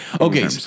Okay